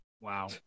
Wow